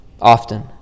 often